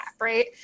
right